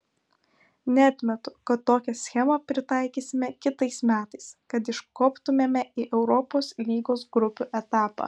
neatmetu kad tokią schemą pritaikysime kitais metais kad iškoptumėme į europos lygos grupių etapą